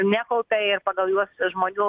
nekaupia ir pagal juos žmonių